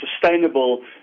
sustainable